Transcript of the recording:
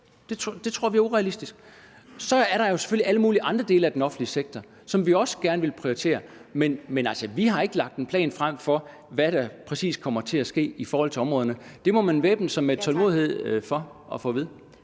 Det tror vi er urealistisk. Så er der jo selvfølgelig alle mulige andre dele af den offentlige sektor, som vi også gerne vil prioritere, men vi har ikke lagt en plan frem for, hvad der præcis kommer til at ske i forhold til områderne. Det må man væbne sig med tålmodighed med hensyn til at få at vide.